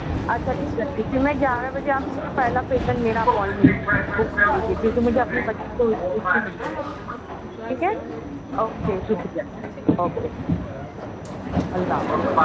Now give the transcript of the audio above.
اچھا ٹھیک ہے ٹھیک ہے میں گیارہ بجے آپ مجھے پہلا پیشنٹ میرا اپوائنٹمنٹ بک کر لیجیے کیونکہ مجھے اپنے بچے کو اسکول سے مِل لینا ہے ٹھیک ہے اوکے شُکریہ اوکے اللہ حافظ